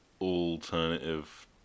alternative